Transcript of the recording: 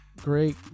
great